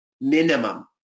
minimum